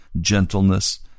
gentleness